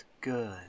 good